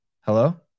hello